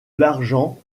l’argent